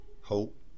hope